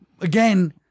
Again